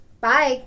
Bye